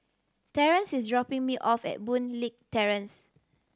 Terence is dropping me off at Boon Leat Terrace